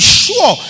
sure